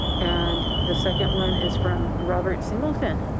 and the second one is from robert singleton,